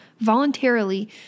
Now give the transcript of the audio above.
voluntarily